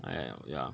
like that lor ya